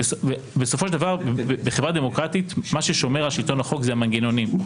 בסופו של דבר בחברה דמוקרטית מה ששומר על שלטון החוק זה המנגנונים.